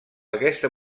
aquesta